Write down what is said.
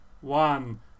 one